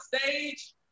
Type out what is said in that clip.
stage